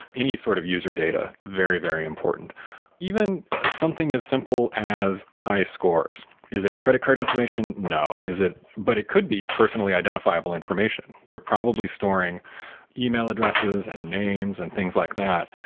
any sort of user data very, very important even something as simple as high scores is it credit card information? no. it but it could be personally identifiable information. you're probably storing yeah e-mail addresses and names and things like that.